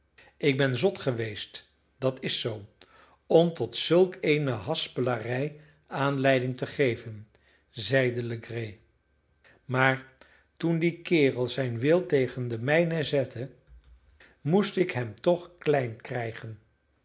ik ben zot geweest dat is zoo om tot zulk eene haspelarij aanleiding te geven zeide legree maar toen die kerel zijn wil tegen den mijnen zette moest ik hem toch klein krijgen